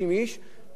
בגלל נגיעה.